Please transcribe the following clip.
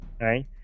Right